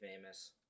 famous